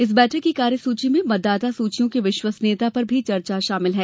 इस बैठक की कार्य सूची में मतदाता सूचियों की विश्वसनीयता पर चर्चा भी शामिल है